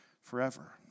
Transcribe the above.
forever